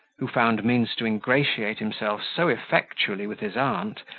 who found means to ingratiate himself so effectually with his aunt,